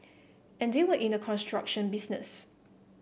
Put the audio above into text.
and they were in the construction business